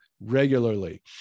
regularly